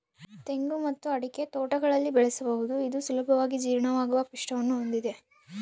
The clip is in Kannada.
ತೆಂಗು ಮತ್ತು ಅಡಿಕೆ ತೋಟಗಳಲ್ಲಿ ಬೆಳೆಸಬಹುದು ಇದು ಸುಲಭವಾಗಿ ಜೀರ್ಣವಾಗುವ ಪಿಷ್ಟವನ್ನು ಹೊಂದಿದೆ